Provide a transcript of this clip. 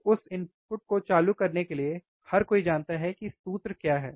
तो उस इनपुट को चालू करने के लिए हर कोई जानता है कि सूत्र क्या है